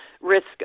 risk